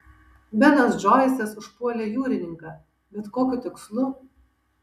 benas džoisas užpuolė jūrininką bet kokiu tikslu